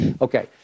Okay